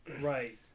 right